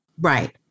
Right